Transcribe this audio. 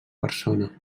persona